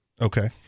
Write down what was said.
Okay